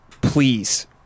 Please